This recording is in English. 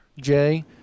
Jay